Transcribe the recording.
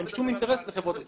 אין שום אינטרס לחברות התרופות.